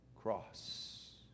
cross